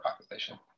population